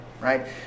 right